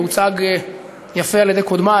והוא הוצג יפה על-ידי קודמי,